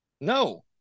No